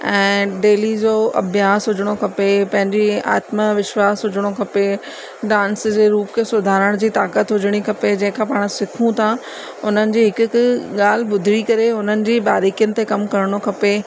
ऐं डेली जो अभ्यास हुजिणो खपे पंहिंजी आत्म विश्वास हुजिणो खपे डांस जे रूप खे सुधारण जी ताक़त हुजिणी खपे जंहिं खां पाणि सिखू था उन्हनि जी हिकु हिकु ॻाल्हि ॿुधी करे उन्हनि जी बारीकियुनि ते कमु करिणो खपे